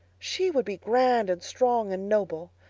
she would be grand and strong and noble.